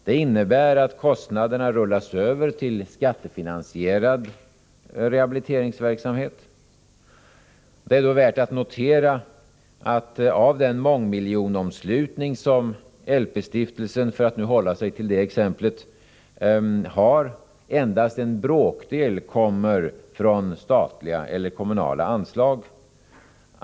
Det innebär att kostnaderna rullas över till skattefinansierad rehabiliteringsverksamhet. Det är då värt att notera att av den mångmiljonomslutning som LP-stiftelsens rehabiliteringsarbete har — för att nu hålla mig till detta exempel — endast en bråkdel kommer från statliga eller kommunala anslag.